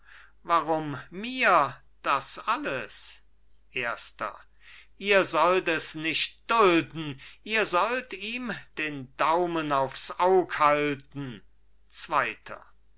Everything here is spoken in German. warum mir das alles erster ihr sollt es nicht dulden ihr sollt ihm den daumen aufs aug halten zweiter